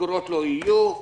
משכורות לא יהיו,